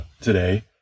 today